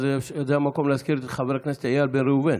זה המקום להזכיר את איל בן ראובן,